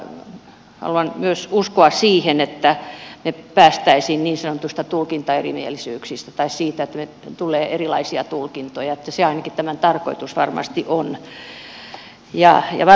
haluan myös uskoa siihen että päästäisiin niin sanotuista tulkintaerimielisyyksistä tai siitä että tulee erilaisia tulkintoja se ainakin tämän tarkoitus varmasti on